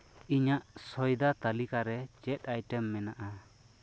ᱤᱧᱟᱹᱜ ᱥᱚᱭᱫᱟ ᱛᱟᱹᱞᱤᱠᱟ ᱨᱮ ᱪᱮᱫ ᱟᱭᱴᱮᱢ ᱢᱮᱱᱟᱜᱼᱟ